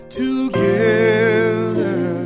together